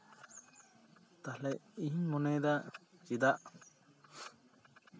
ᱛᱟᱦᱞᱮ ᱤᱧ ᱢᱚᱱᱮᱭᱫᱟ ᱪᱮᱫᱟᱜ